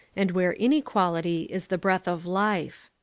and where inequality is the breath of life.